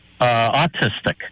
autistic